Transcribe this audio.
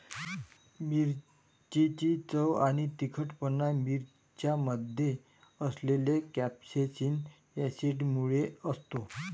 मिरचीची चव आणि तिखटपणा मिरच्यांमध्ये असलेल्या कॅप्सेसिन ऍसिडमुळे असतो